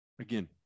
Again